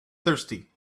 thirsty